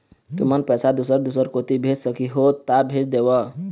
तुमन पैसा दूसर दूसर कोती भेज सखीहो ता भेज देवव?